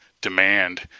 demand